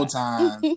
time